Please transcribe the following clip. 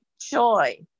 joy